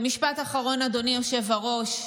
משפט אחרון, אדוני היושב-ראש.